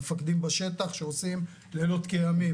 המפקדים בשטח שעושים לילות כימים,